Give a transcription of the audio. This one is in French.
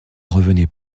revenait